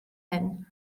hyn